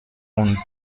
und